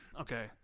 Okay